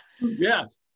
Yes